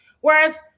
Whereas